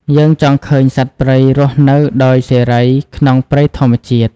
យើងចង់ឃើញសត្វព្រៃរស់នៅដោយសេរីក្នុងព្រៃធម្មជាតិ។